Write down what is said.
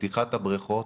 בפתיחת הבריכות